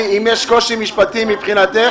אם יש לך קושי משפטי מבחינתך,